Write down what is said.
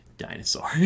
Dinosaur